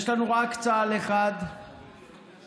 חבר הכנסת מיכאל ביטון, שלוש דקות.